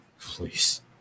Please